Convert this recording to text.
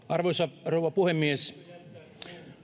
arvoisa rouva puhemies